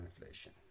inflation